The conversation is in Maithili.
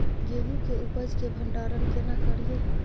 गेहूं के उपज के भंडारन केना करियै?